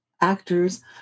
Actors